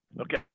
Okay